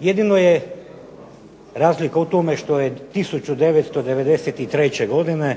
jedino je razlika u tome što je 1993. godine